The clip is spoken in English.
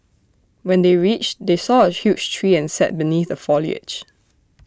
when they reached they saw A huge tree and sat beneath the foliage